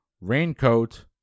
raincoat